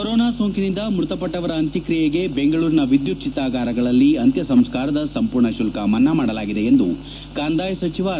corona ಸೋಂಕಿನಿಂದ ಮೃತಪಟ್ವವರ ಅಂತ್ಯಕ್ರಿಯೆಗೆ ಬೆಂಗಳೂರಿನ ವಿದ್ಯುತ್ ಚಿತಾಗಾರಗಳಲ್ಲಿ ಅಂತ್ಯ ಸಂಸ್ಕಾರದ ಸಂಪೂರ್ಣ ಶುಲ್ಕ ಮನ್ನಾ ಮಾಡಲಾಗಿದೆ ಎಂದು ಕಂದಾಯ ಸಚಿವ ಆರ್